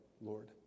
Lord